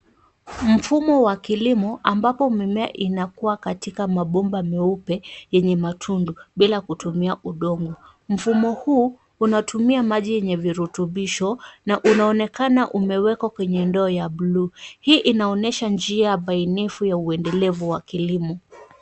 Mfumo wa kilimo ambapo mimea inakuwa katika mabomba meupe yenye matundu bila kutumia udongo. Mfumo huu unatumia maji yeye virutubisho na unaonekana umewekwa kwenye ndoo ya bluu. Hii inaonyesha njia bainifu ya uendelevu wa kilimo.